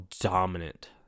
dominant